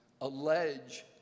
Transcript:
allege